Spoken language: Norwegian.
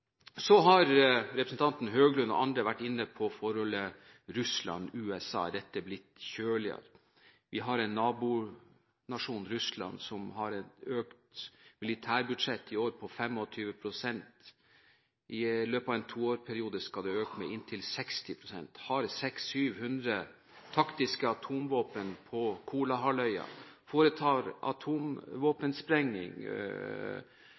Representanten Høglund og andre har vært inne på forholdet mellom Russland og USA og at dette har blitt kjøligere. Vi har en nabonasjon, Russland, som har et økt militærbudsjett i år på 25 pst. I løpet av en toårsperiode skal det øke med inntil 60 pst. De har 600–700 taktiske atomvåpen på Kolahalvøya, og de foretar